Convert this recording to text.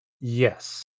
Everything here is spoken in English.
Yes